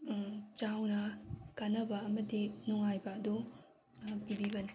ꯆꯥꯎꯅ ꯀꯥꯟꯅꯕ ꯑꯃꯗꯤ ꯅꯨꯡꯉꯥꯏꯕ ꯑꯗꯨ ꯄꯤꯕꯤꯕꯅꯤ